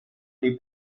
dei